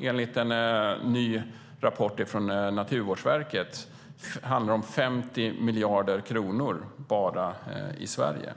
Enligt en ny rapport från Naturvårdsverket handlar det om 50 miljarder kronor bara i Sverige.